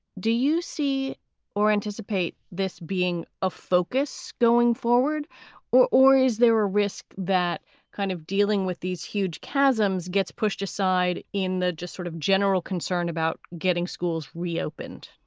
do you see or anticipate this being a focus going forward or is there a risk that kind of dealing with these huge chasms gets pushed aside in the just sort of general concern about getting schools reopened?